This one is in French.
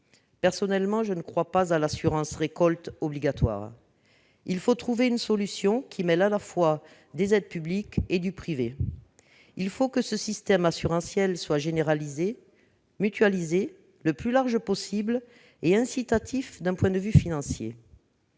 Personnellement, je ne crois pas à l'assurance récolte obligatoire. Il faut trouver une solution qui mêle des aides publiques et de l'assurance privée. Ce système assurantiel doit être généralisé, mutualisé, le plus large possible, et incitatif d'un point de vue financier.